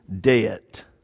debt